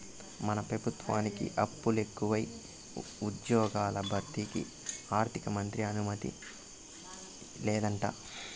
మన పెబుత్వానికి అప్పులెకువై ఉజ్జ్యోగాల భర్తీకి ఆర్థికమంత్రి అనుమతియ్యలేదంట